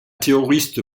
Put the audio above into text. terroriste